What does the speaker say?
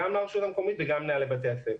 גם לרשות המקומית וגם למנהלי בתי הספר.